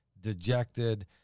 dejected